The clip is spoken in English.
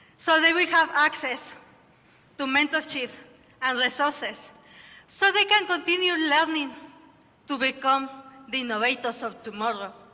so they will have access to mentorship and resources so they can continue learning to become the innovators of tomorrow.